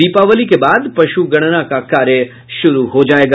दीपावली के बाद पशुगणना का कार्य शुरू हो जायेगा